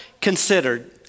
considered